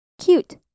Cute